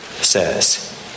says